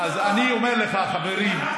זה הלך לדלק, חשמל וארנונה.